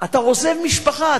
אתה עוזב משפחה.